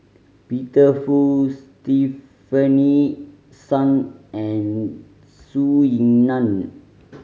Peter Fu Stefanie Sun and Zhou Ying Nan